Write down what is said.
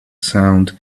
sound